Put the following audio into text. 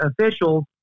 officials